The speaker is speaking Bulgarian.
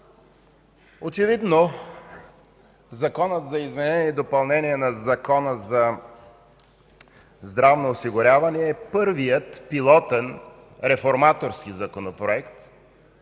Очевидно Законопроектът за изменение и допълнение на Закона за здравното осигуряване е първият пилотен реформаторски законопроект.